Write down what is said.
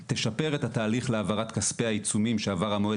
תשפר את התהליך להעברת כספי העיצומים שעבר המועד